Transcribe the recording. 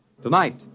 Tonight